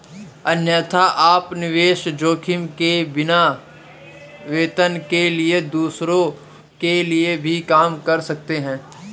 अन्यथा, आप निवेश जोखिम के बिना, वेतन के लिए दूसरों के लिए भी काम कर सकते हैं